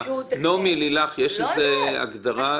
נעמי ולילך, יש הגדרה.